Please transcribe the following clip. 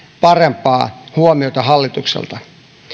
parempaa huomiota hallitukselta